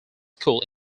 school